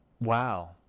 Wow